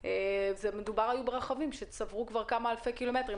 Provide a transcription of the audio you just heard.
אבל בפועל מדובר ברכבים שצברו כבר כמה אלפי קילומטרים.